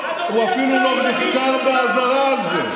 הוא אפילו לא נחקר באזהרה על זה.